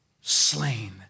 slain